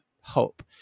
hope